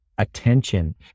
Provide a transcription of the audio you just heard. attention